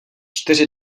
čtyři